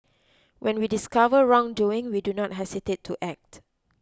when we discover wrongdoing we do not hesitate to act